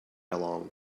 along